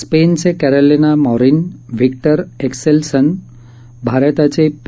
स्पेनच Carolina Marin Viktor Axelsen भारताचं P